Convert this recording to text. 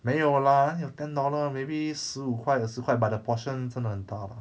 没有 lah 哪里有 ten dollar maybe 十五块二十块 but the portion 真的很大 lah